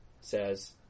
says